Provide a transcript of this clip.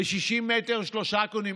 ב-60 מטר, שלושה קונים.